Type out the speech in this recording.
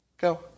Go